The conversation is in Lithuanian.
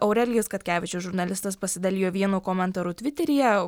aurelijus katkevičius žurnalistas pasidalijo vienu komentaru tviteryje